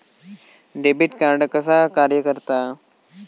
Debit card कसा कार्य करता?